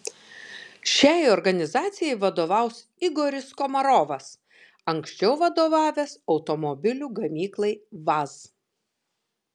šiai organizacijai vadovaus igoris komarovas anksčiau vadovavęs automobilių gamyklai vaz